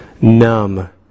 numb